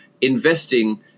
investing